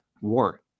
war